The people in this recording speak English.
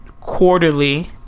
quarterly